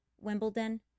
Wimbledon